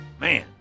Man